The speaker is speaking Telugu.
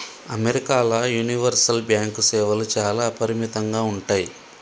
అమెరికాల యూనివర్సల్ బ్యాంకు సేవలు చాలా అపరిమితంగా ఉంటయ్